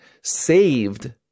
saved